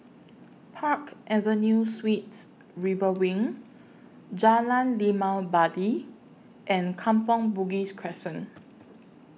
Park Avenue Sweets River Wing Jalan Limau Bali and Kampong Bugis Crescent